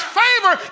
favor